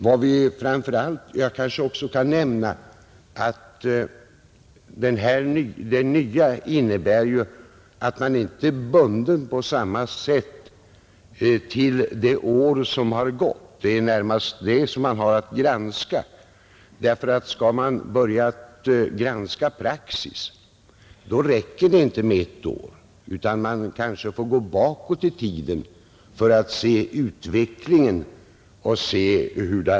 Jag kanske också skall nämna att det nya innebär att man inte är bunden på samma sätt som förut till det senast förflutna året, vilket ju är det år granskningen närmast avser. Skall man granska praxis, så räcker det inte med ett år, utan man får gå bakåt i tiden för att studera utvecklingen.